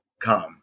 come